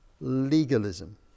legalism